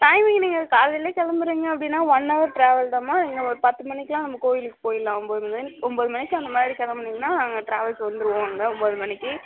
timing நீங்கள் காலையிலே கிளம்புறீங்க அப்படின்னா ஒன் ஹவர் ட்ராவல் தான்ம்மா என்ன ஒரு பத்து மணிக்கெல்லாம் நம்ம கோயிலுக்கு போய்விட்லாம் ஒம்பது மணியிலேருந்து ஒம்பது மணிக்கு அந்தமாதிரி கிளம்புனீங்கன்னா நாங்கள் ட்ராவல்ஸ் வந்துடுவோம் அங்கே ஒம்பது மணிக்கு